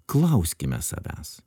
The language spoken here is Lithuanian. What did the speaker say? klauskime savęs